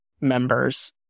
members